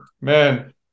man